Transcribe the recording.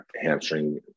hamstring